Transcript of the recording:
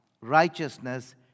righteousness